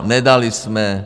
Nedali jsme...